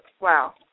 wow